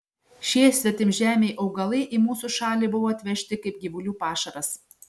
šie svetimžemiai augalai į mūsų šalį buvo atvežti kaip gyvulių pašaras